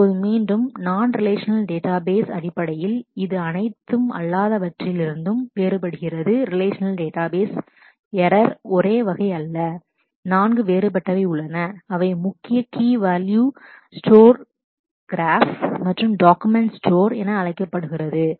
இப்போது மீண்டும் நான் relational database non relational database அடிப்படையில் இது அனைத்து அல்லாதவற்றிலும் வேறுபடுகிறது ரிலேஷநல் டேட்டாபேஸ் எறர் error ஒரே வகை அல்ல 4 வேறுபட்டவை உள்ளன அவை முக்கிய key value store graph key value store graph மற்றும் டாக்குமெண்ட் ஸ்டோர் document store என அழைக்கப்படுகிறது